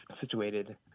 situated